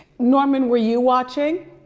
norman were you watching?